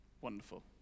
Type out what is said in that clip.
Wonderful